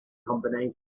combination